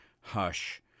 Hush